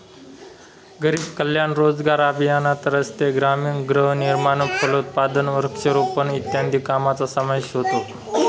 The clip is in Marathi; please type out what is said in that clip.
गरीब कल्याण रोजगार अभियानात रस्ते, ग्रामीण गृहनिर्माण, फलोत्पादन, वृक्षारोपण इत्यादी कामांचा समावेश होतो